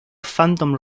phantom